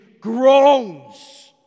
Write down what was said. groans